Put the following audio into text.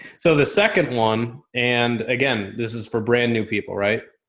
so the second one, and again, this is for brand new people, right?